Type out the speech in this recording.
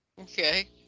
Okay